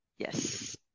Yes